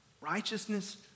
Righteousness